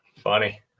Funny